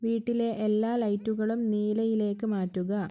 വീട്ടിലെ എല്ലാ ലൈറ്റുകളും നീലയിലേക്ക് മാറ്റുക